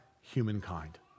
humankind